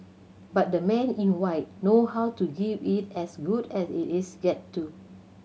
but the Men in White know how to give it as good as it gets too